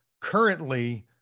currently